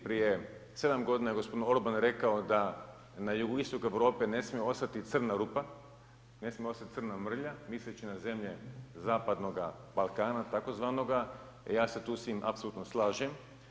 Prije 7 godina je gospodin Orban rekao da na jugoistoku Europe ne smije ostati crna rupa, ne smije ostati crna mrlja misleći na zemlje zapadnog Balkana tzv. i ja se tu s njim apsolutno slažem.